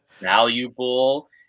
valuable